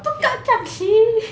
book out 这样迟